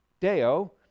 Deo